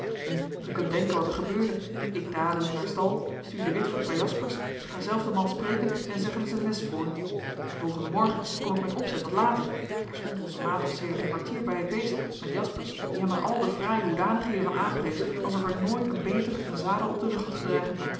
nu gij kunt denken wat er gebeurde ik dadelijk naar stal stuur den witvoet bij jaspersz ga zelf den man spreken en zeg hem zijn les voor den volgenden morgen kom ik met opzet wat later daar stond onze maat al sedert een kwartier bij het beest met jaspersz die hem er al de fraaie hoedanigheden van aanprees alsof er nooit een beter een zadel op den rug had gedragen